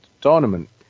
tournament